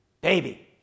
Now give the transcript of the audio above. Baby